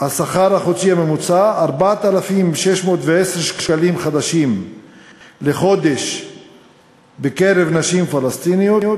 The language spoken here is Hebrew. השכר החודשי הממוצע 4,610 שקלים חדשים לחודש בקרב נשים פלסטיניות,